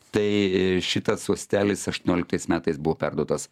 tai i šitas uostelis aštuonioliktais metais buvo perduotas